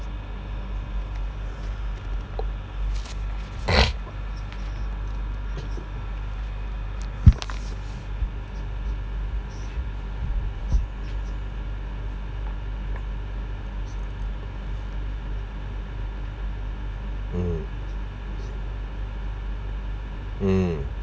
mm mm